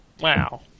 Wow